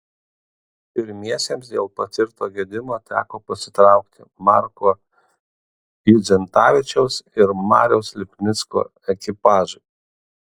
pirmiesiems dėl patirto gedimo teko pasitraukti marko judzentavičiaus ir mariaus lipnicko ekipažui